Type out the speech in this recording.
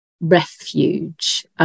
Refuge